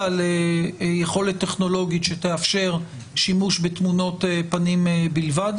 ליכולת טכנולוגית שתאפשר שימוש בתמונות פנים בלבד,